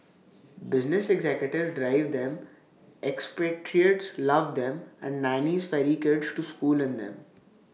business executives drive them expatriates love them and nannies ferry kids to school in them